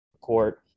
court